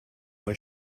euch